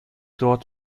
dort